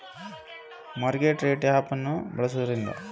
ನಾವು market rate ಅನ್ನು ಮೊಬೈಲಲ್ಲಿ ತಿಳ್ಕಳೋದು ಹೇಗೆ?